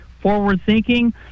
forward-thinking